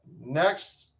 Next